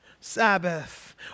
Sabbath